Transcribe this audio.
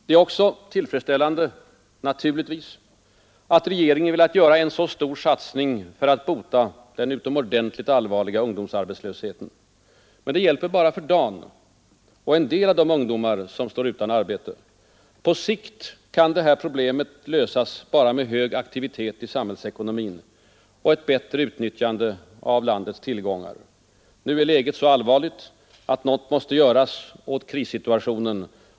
Det är också tillfredsställande naturligtvis att regeringen velat göra en så stor satsning för att bota den utomordentligt allvarliga ungdomsarbetslösheten. Men det hjälper bara för dagen, och bara en del av de ungdomar som står utan arbete. På sikt kan det här problemet lösas bara med hög aktivitet i samhällsekonomin och ett bättre utnyttjande av landets tillgångar. Nu är läget så allvarligt att något måste göras åt krissituationen.